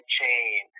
chain